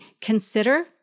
consider